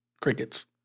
Crickets